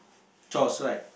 chores right